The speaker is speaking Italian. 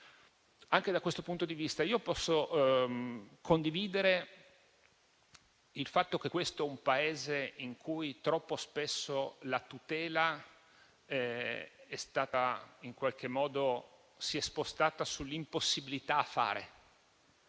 Anche da questo punto di vista, posso condividere il fatto che questo è un Paese in cui troppo spesso la tutela in qualche modo si è spostata sull'impossibilità a fare.